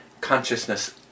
consciousness